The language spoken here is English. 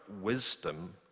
wisdom